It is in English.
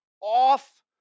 off